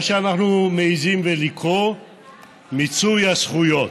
מה שאנחנו מעיזים, לקרוא למיצוי הזכויות.